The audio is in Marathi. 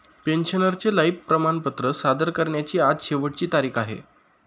पेन्शनरचे लाइफ प्रमाणपत्र सादर करण्याची आज शेवटची तारीख आहे